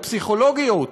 הפסיכולוגיות.